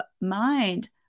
mind